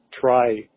try